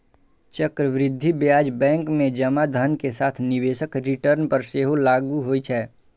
चक्रवृद्धि ब्याज बैंक मे जमा धन के साथ निवेशक रिटर्न पर सेहो लागू होइ छै